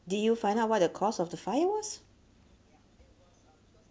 did you find out what the cause of the fire was